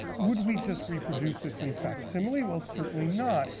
would we just reproduce this in facsimile? well, certainly not.